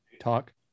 talk